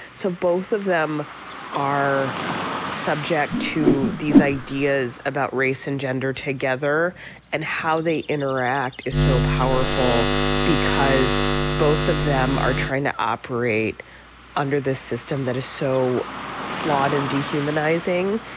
so both of them are subject to these ideas about race and gender together and how they interact is so powerful because both of them are trying to operate under this system that is so flawed and dehumanizing.